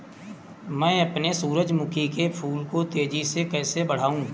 मैं अपने सूरजमुखी के फूल को तेजी से कैसे बढाऊं?